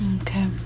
Okay